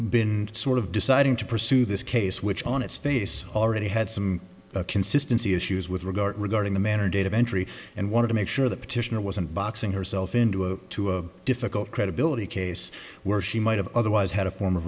been sort of deciding to pursue this case which on its face already had some consistency issues with regard regarding the manner date of entry and wanted to make sure the petitioner wasn't boxing herself into a to a difficult credibility case where she might have otherwise had a form of